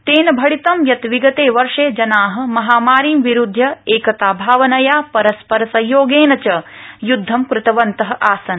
तेन भणितं यत् विगते वर्षे जना महामारीं विरुध्य एकता भावनया परस्पर सहयोगेन च य्दधं कृतवन्त आसन्